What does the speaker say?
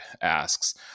asks